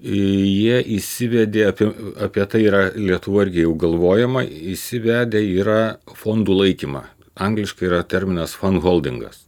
jie įsivedė apie apie tai yra lietuvoj irgi jau galvojama įsivedę yra fondų laikymą angliškai yra terminas fanholdingas